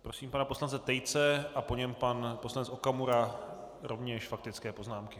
Prosím pana poslance Tejce a po něm pan poslanec Okamura, rovněž faktické poznámky.